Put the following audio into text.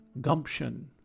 gumption